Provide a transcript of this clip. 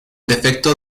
defecto